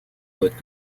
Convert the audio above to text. дать